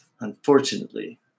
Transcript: unfortunately